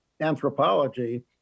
anthropology